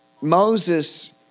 Moses